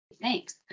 Thanks